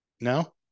no